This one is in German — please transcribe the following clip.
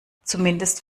zumindest